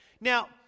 Now